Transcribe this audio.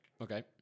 Okay